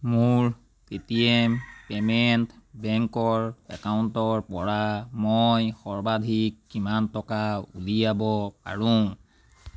মোৰ Paytm payment বেংকৰ একাউণ্টৰপৰা মই সৰ্বাধিক কিমান টকা উলিয়াব পাৰোঁ